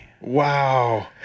Wow